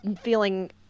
feeling